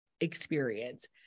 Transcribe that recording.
experience